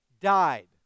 died